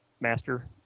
Master